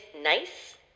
nice